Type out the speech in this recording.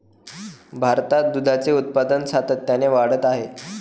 भारतात दुधाचे उत्पादन सातत्याने वाढत आहे